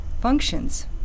functions